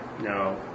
No